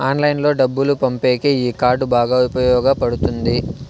ఆన్లైన్లో డబ్బులు పంపేకి ఈ కార్డ్ బాగా ఉపయోగపడుతుంది